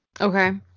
Okay